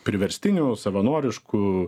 priverstinių savanoriškų